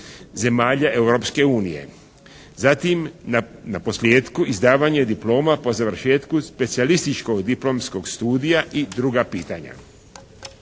zemalja Europske unije. Zatim, na posljetku izdavanje diploma po završetku specijalističkog diplomskog studija i druga pitanja.